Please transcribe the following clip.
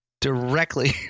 directly